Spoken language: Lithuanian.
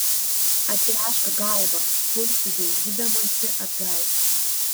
atgręžk galvą pulsi dairydamasi atgal